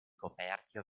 coperchio